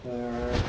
err